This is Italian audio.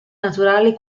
naturali